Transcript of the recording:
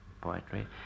poetry